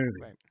Right